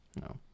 no